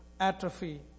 Atrophy